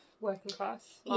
working-class